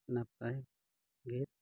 ᱱᱟᱯᱟᱭ ᱜᱮ